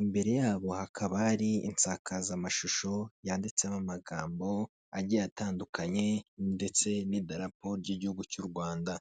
imbere yabo hakaba hari insakazamashusho yanditsemo amagambo agiye atandukanye ndetse n'idarapo ry'igihugu cy'u Rwanda.